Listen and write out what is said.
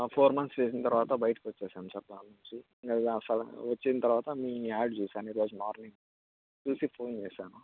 ఆ four months చేసిన తర్వాత బయటకొచ్చేసాను సార్ దాని నుంచి ఇంక ఇలా సడన్గా వచ్చిన తర్వాత మీ యాడ్ చూశాను ఈరోజు మార్నింగ్ చూసి ఫోన్ చేశాను